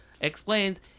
explains